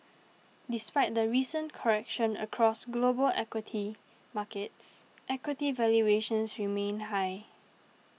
despite the recent correction across global equity markets equity valuations remain high